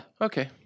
okay